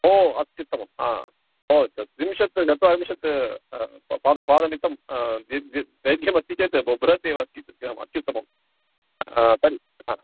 ओ अत्युत्तमं हा ओ त त्रिंशत् न चत्वारिंशत् पादं पादमितं दैर्घ्यमस्ति चेत् ब बृहत् एव अस्ति अत्युत्तमं तर्हि हा